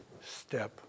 step